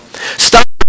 stop